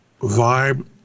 vibe